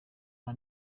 aha